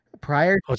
Prior